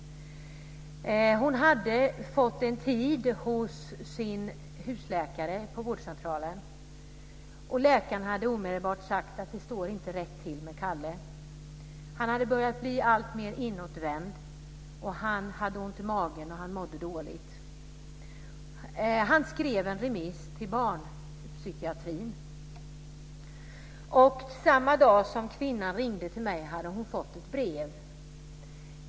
Hon hade fått en tid hos sin husläkare på vårdcentralen, och läkaren hade omedelbart sagt att det inte stod rätt till med Kalle. Han hade börjat bli alltmer inåtvänd, han hade ont i magen och han mådde dåligt. Läkaren skrev en remiss till barnpsykiatrin. Samma dag som kvinnan ringde till mig hade hon fått ett brev.